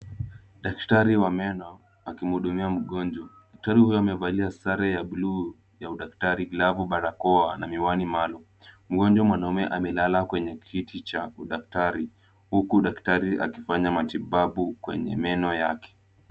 Daktari wa meno akimhudumia mgonjwa, daktari huyo amevalia sare ya buluu ya udaktari, glavu, barakoa na miwani maalum, mgonjwa mwanaume amelala kwenye kiti cha udaktari huku daktari akifanya matibabu kwenye meno yake.